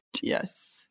Yes